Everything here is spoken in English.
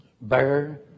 Bear